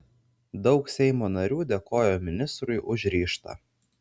daug seimo narių dėkojo ministrui už ryžtą